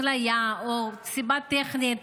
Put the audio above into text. אפליה או סיבה טכנית?